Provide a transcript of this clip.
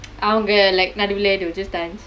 அவங்க:avanga like நடுவுலே:naduvulae they'll just dance